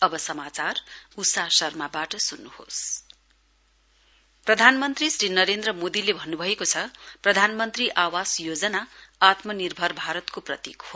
PM Atmanirbhar Bharat प्रधानमन्त्री श्री नरेन्द्र मोदीले भन्न्भएको छ प्रधानमन्त्री आवास योजना आत्मनिर्भर भारतको प्रतीक हो